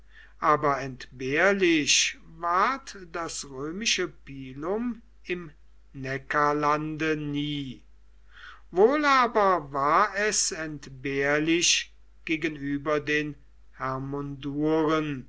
aber entbehrlich ward das römische pilum im neckarlande nie wohl aber war es entbehrlich gegenüber den